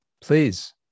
Please